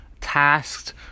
tasked